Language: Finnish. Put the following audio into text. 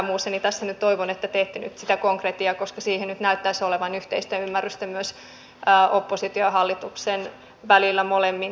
jos ei missään muussa niin toivon että tässä nyt teette sitä konkretiaa koska siihen nyt näyttäisi olevan yhteistä ymmärrystä myös opposition ja hallituksen välillä molemmin puolin